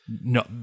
no